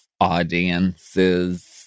audiences